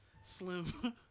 Slim